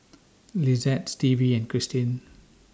Lizette Stevie and Cristin